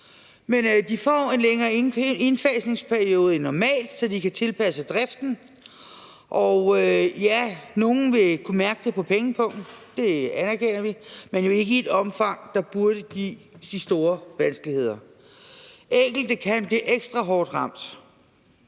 men de får en længere indfasningsperiode end normalt, så de kan tilpasse driften. Og ja, nogle vil kunne mærke det på pengepungen – det anerkender vi – men jo ikke i et omfang, der burde give de store vanskeligheder. Enkelte kan blive ekstra hårdt ramt,